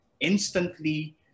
Instantly